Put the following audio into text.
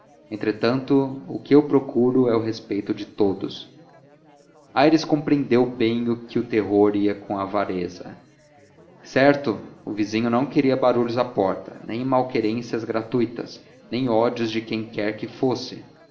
entretanto o que eu procuro é o respeito de todos aires compreendeu bem que o terror ia com a avareza certo o vizinho não queria barulhos à porta nem malquerenças gratuitas nem ódios de quem quer que fosse